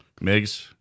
Migs